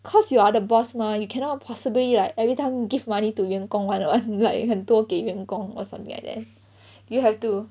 cause you are the boss mah you cannot possibly like everytime give money to 员工 [one] or like 很多给员工 or something like that you have to